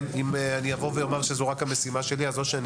אם אגיד שזאת רק משימה שלי אז או שאני